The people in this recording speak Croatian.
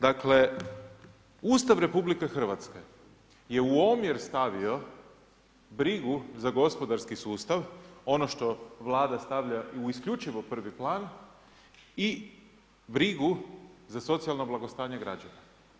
Dakle, Ustav RH je u omjer stavio brigu za gospodarski sustav, ono što Vlada stavlja u isključivo prvi plan i brigu za socijalno blagostanje građana.